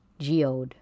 geode